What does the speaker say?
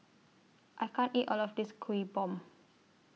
I can't eat All of This Kuih Bom